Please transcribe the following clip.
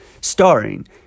Starring